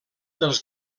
dels